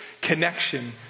connection